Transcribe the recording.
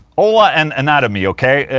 ola and anatomy, ok?